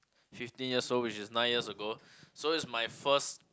fifteen years old which is nine years ago so is my first